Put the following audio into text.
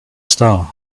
star